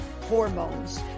hormones